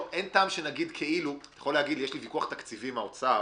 אתה יכול להגיד שיש לך ויכוח תקציבי עם האוצר